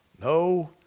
No